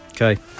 Okay